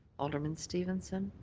alderman stevenson.